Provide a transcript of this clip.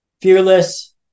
fearless